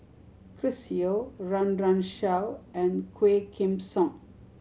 Chris Yeo Run Run Shaw and Quah Kim Song